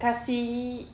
kasi